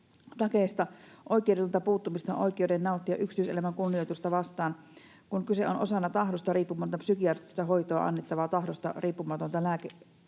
oikeudetonta puuttumista oikeuteen nauttia yksityiselämän kunnioitusta vastaan, kun kyse on osana tahdosta riippumatonta psykiatrista hoitoa annettavasta tahdosta riippumattomasta lääkehoidosta,